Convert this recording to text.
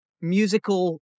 musical